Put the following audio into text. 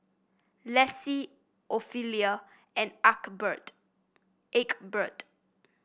Laci Ophelia and Egbert